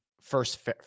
first